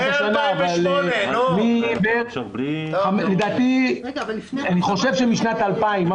אבל לדעתי אני חושב שמשנת 2000,